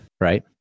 right